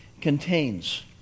contains